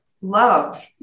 love